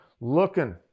Looking